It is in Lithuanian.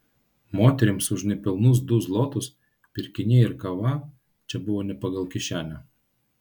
moterims už nepilnus du zlotus pirkiniai ir kava čia buvo ne pagal kišenę